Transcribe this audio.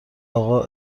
اقا